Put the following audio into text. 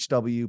HW